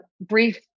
brief